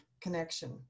connection